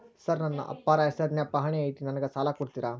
Sir ನನ್ನ ಅಪ್ಪಾರ ಹೆಸರಿನ್ಯಾಗ್ ಪಹಣಿ ಐತಿ ನನಗ ಸಾಲ ಕೊಡ್ತೇರಾ?